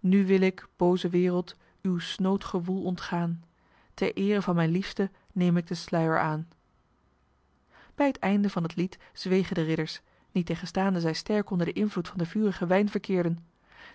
nu wil ik booze wereld uw snood gewoel ontgaan ter eere van mijn liefste neem ik den sluier aan bij het einde van het lied zwegen de ridders niettegenstaande zij sterk onder den invloed van den vurigen wijn verkeerden